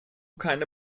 keine